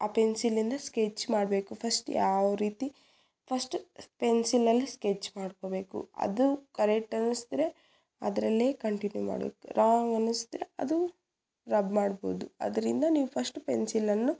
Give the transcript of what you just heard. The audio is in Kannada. ಆ ಪೆನ್ಸಿಲಿಂದ ಸ್ಕೆಚ್ ಮಾಡಬೇಕು ಫಶ್ಟ್ ಯಾವ ರೀತಿ ಫಶ್ಟು ಪೆನ್ಸಿಲಲ್ಲಿ ಸ್ಕೆಚ್ ಮಾಡ್ಕೋಬೇಕು ಅದು ಕರೆಕ್ಟ್ ಅನ್ಸಿದ್ರೆ ಅದರಲ್ಲೇ ಕಂಟಿನ್ಯೂ ಮಾಡಬೇಕು ರಾಂಗ್ ಅನ್ಸಿದ್ರೆ ಅದು ರಬ್ ಮಾಡ್ಬೋದು ಅದರಿಂದ ನೀವು ಫಶ್ಟು ಪೆನ್ಸಿಲನ್ನು